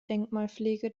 denkmalpflege